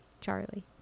Charlie